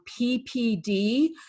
PPD